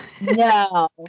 no